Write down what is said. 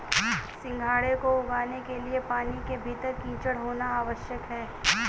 सिंघाड़े को उगाने के लिए पानी के भीतर कीचड़ होना आवश्यक है